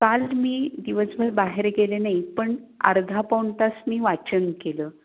काल मी दिवसभर बाहेर गेले नाही पण अर्धा पाऊण तास मी वाचन केलं